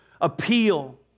appeal